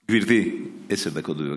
גברתי, עשר דקות, בבקשה.